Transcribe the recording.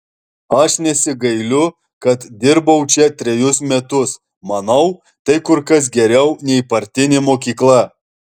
aš nesigailiu kad dirbau čia trejus metus manau tai kur kas geriau nei partinė mokykla